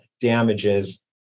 damages